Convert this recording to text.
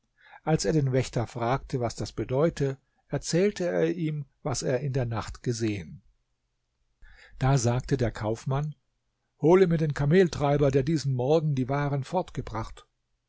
als er den wächter fragte was das bedeute erzählte er ihm was er in der nacht gesehen da sagte der kaufmann hole mir den kameltreiber der diesen morgen die waren